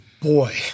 boy